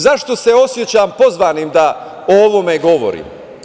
Zašto se osećam pozvanim da o ovome govorim?